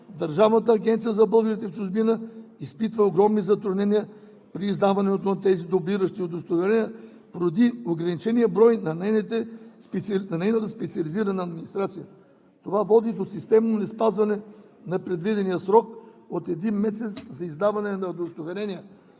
Държавната агенция за българите в чужбина изпитва огромни затруднения при издаването на тези дублиращи удостоверения поради ограничения брой на нейната специализирана администрация. Това води до системно неспазване на предвидения срок от един месец за издаване на удостоверения,